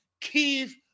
Keith